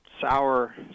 Sour